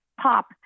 pop